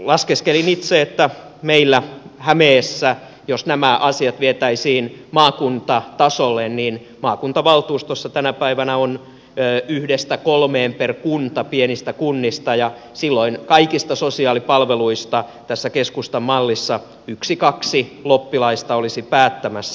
laskeskelin itse että meillä hämeessä jos nämä asiat vietäisiin maakuntatasolle maakuntavaltuustossa tänä päivänä on yhdestä kolmeen per kunta pienistä kunnista ja silloin kaikista sosiaalipalveluista tässä keskustan mallissa yksi kaksi loppilaista olisi päättämässä